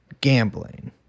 gambling